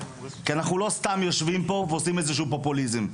כי אנחנו לא סתם יושבים פה ועושים איזה שהוא פופוליזם.